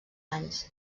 anys